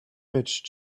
much